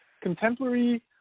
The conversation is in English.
Contemporary